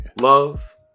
Love